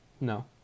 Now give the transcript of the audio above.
No